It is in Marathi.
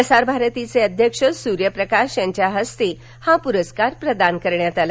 प्रसारभारतीचे अध्यक्ष सूर्य प्रकाश यांच्या हस्ते हा पुरस्कार प्रदान करण्यात आला